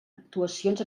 actuacions